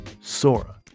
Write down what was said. Sora